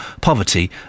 poverty